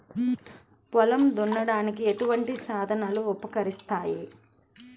పొలం దున్నడానికి ఎటువంటి సాధనాలు ఉపకరిస్తాయి?